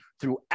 throughout